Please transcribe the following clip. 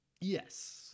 Yes